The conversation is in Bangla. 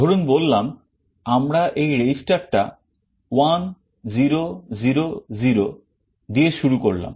ধরুন বললাম আমরা এই register টা 1 0 0 0 দিয়ে শুরু করলাম